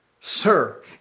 Sir